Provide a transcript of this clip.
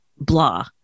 blah